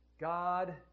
God